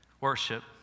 worship